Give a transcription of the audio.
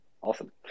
awesome